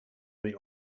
the